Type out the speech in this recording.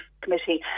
Committee